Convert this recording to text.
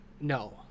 no